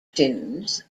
tunes